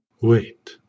Wait